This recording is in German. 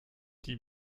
die